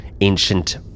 ancient